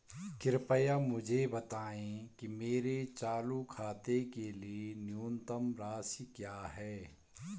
कृपया मुझे बताएं कि मेरे चालू खाते के लिए न्यूनतम शेष राशि क्या है?